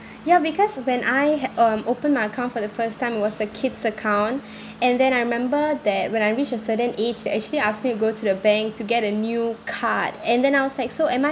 ya because when I ha~ um open my account for the first time it was a kid's account and then I remember that when I reached a certain age they actually asked me to go to the bank to get a new card and then I was like so am I